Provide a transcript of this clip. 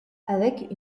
avec